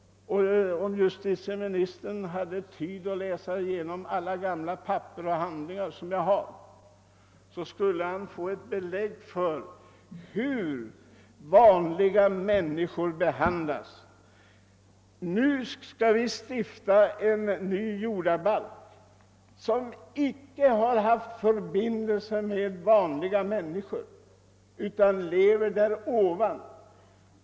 Om justitieministern hade tid att läsa igenom de gamla papper och handlingar som jag har, skulle han få belägg för hur vanliga människor behandlas. Nu skall man stifta en ny jordabalk genom dem som icke haft något med vanliga människor att göra utan endast med dem som lever därovan.